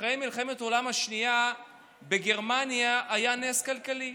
אחרי מלחמת העולם השנייה בגרמניה היה נס כלכלי: